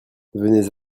venez